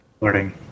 Learning